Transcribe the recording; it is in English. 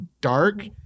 dark